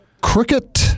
cricket